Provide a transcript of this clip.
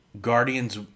Guardians